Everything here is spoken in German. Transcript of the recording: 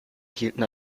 hielten